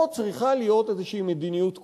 פה צריכה להיות איזו מדיניות כוללת.